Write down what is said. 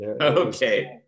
Okay